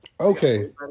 Okay